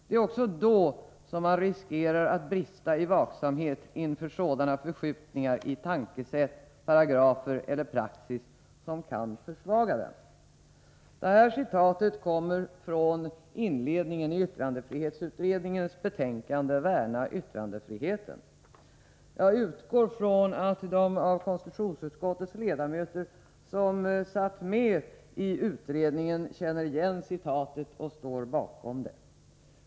Det är också då man riskerar att brista i vaksamhet inför sådana förskjutningar i tankesätt, paragrafer eller praxis som kan försvaga den. Detta är hämtat från inledningen i yttrandefrihetsutredningens betänkande Värna yttrandefriheten. Jag utgår från att de av konstitutionsutskottets 125 ledamöter som satt med i utredningen känner igen detta och står bakom det.